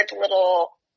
little